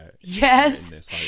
yes